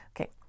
Okay